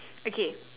okay